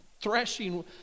threshing